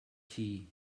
key